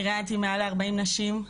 אני ראיינתי מעל ל-40 נשים,